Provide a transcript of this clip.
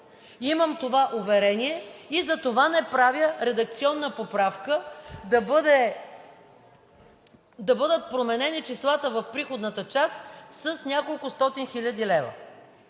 Имам това уверение и затова не правя редакционна поправка да бъдат променени числата в приходната част с няколкостотин хиляди лева.